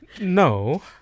No